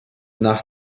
nach